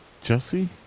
Jesse